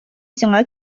сиңа